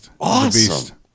awesome